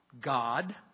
God